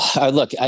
Look